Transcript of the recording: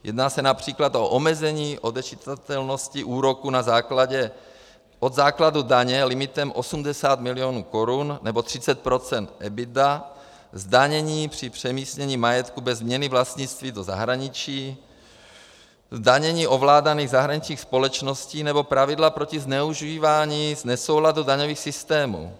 Jedná se například o omezení odečitatelnosti úroků od základu daně limitem 80 milionů korun nebo 30 % EBITDA, zdanění při přemístění majetku bez změny vlastnictví do zahraničí, zdanění ovládaných zahraničních společností nebo pravidla proti zneužívání nesouladu daňových systémů.